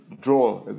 draw